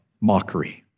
Mockery